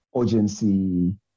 urgency